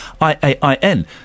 I-A-I-N